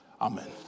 Amen